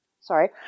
sorry